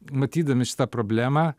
matydami šitą problemą